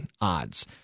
odds